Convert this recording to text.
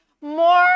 more